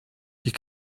you